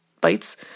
bites